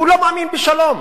הוא לא מאמין בשלום